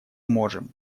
можем